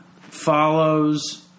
follows